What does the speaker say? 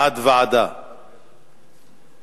בעד ועדה, וכמובן,